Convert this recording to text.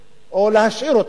או להשאיר אותם, הרי